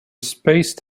spaced